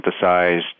synthesized